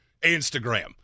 Instagram